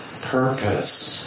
purpose